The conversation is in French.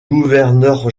gouverneur